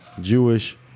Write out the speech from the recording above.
Jewish